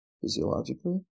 physiologically